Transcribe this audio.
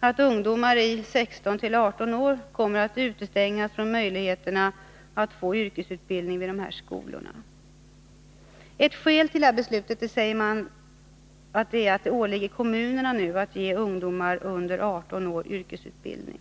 att ungdomar i åldern 16-18 år kommer att utestängas från möjligheter att få yrkesutbildning vid dessa skolor. Ett skäl till detta beslut sägs vara att det nu åligger kommunerna att ge ungdomar under 18 år yrkesutbildning.